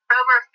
over